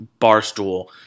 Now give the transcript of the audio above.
barstool